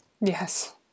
Yes